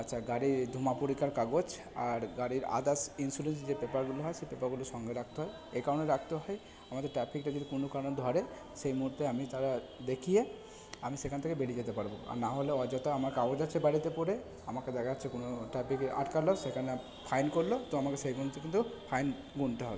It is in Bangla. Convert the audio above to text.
আচ্ছা গাড়ির ধোঁয়া পরীক্ষার কাগজ আর গাড়ির আদার্স ইনস্যুরেন্স যে পেপারগুলো হয় সে পেপারগুলো সঙ্গে রাখতে হয় এই কারণে রাখতে হয় আমাদের ট্রাফিকটা যদি কোনো কারণে ধরে সেই মুহূর্তে আমি তা দেখিয়ে আমি সেখান থেকে বেরিয়ে যেতে পারব আর না হলে অযথা আমার কাগজ আছে বাড়িতে পড়ে আমাকে দেখাচ্ছে কোনো ট্রাফিকে আটকালো সেখানে ফাইন করল তো আমাকে সেই মুহূর্তে কিন্তু ফাইন গুণতে হয়